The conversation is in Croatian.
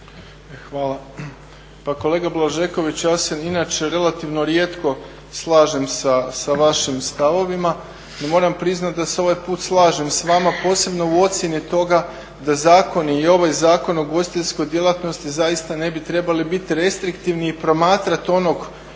Hvala. Pa kolega Blažeković, ja se inače relativno rijetko slažem sa vašim stavovima i moram priznati da se ovaj put slažem s vama, posebno u ocjeni toga da zakoni i ovaj Zakon o ugostiteljskoj djelatnosti zaista ne bi trebali biti restriktivni i promatrati onoga